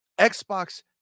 Xbox